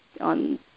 on